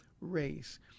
race